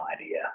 idea